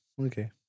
okay